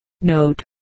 Note